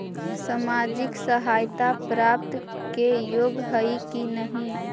सामाजिक सहायता प्राप्त के योग्य हई कि नहीं?